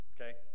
okay